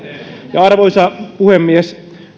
arvoisa puhemies